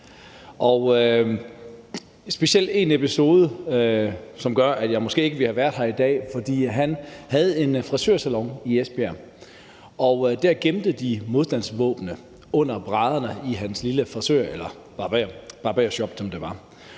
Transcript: specielt en episode, som måske kunne have gjort, at jeg ikke ville have været her i dag, for han havde en frisørsalon i Esbjerg, og der gemte de modstandsvåbnene under brædderne i hans lille frisørsalon.